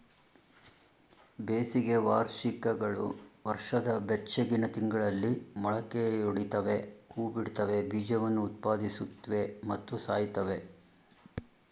ಬೇಸಿಗೆ ವಾರ್ಷಿಕಗಳು ವರ್ಷದ ಬೆಚ್ಚಗಿನ ತಿಂಗಳಲ್ಲಿ ಮೊಳಕೆಯೊಡಿತವೆ ಹೂಬಿಡ್ತವೆ ಬೀಜವನ್ನು ಉತ್ಪಾದಿಸುತ್ವೆ ಮತ್ತು ಸಾಯ್ತವೆ